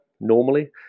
normally